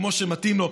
כמו שמתאים לו.